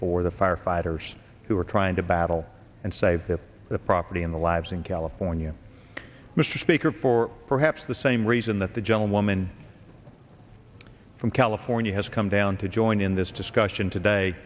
for the firefighters who are trying to battle and save the property in the lives in california mr speaker for perhaps the same reason that the gentleman from california has come down to join in this discussion